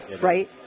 right